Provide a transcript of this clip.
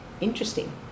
Interesting